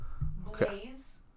Blaze